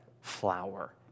flower